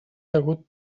degut